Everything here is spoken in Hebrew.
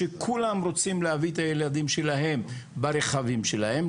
שכולם רוצים להביא את הילדים ברכבים שלהם,